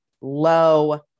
low